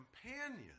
companion